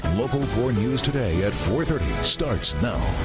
local four news today at four thirty starts now!